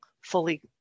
fully